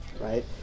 right